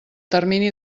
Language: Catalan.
termini